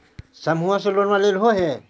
समुहवा से लोनवा लेलहो हे?